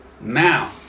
now